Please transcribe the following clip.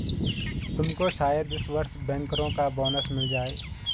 तुमको शायद इस वर्ष बैंकरों का बोनस मिल जाए